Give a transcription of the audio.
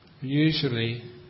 Usually